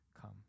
come